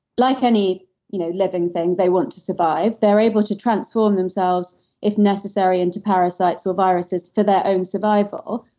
like any you know living thing, they want to survive. they're able to transform themselves if necessary into parasites or viruses for their own survival.